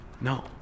No